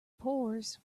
pours